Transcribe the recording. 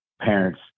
parents